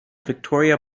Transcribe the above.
victoria